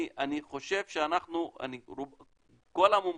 אני חושב שכל המומחים,